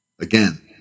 Again